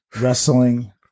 wrestling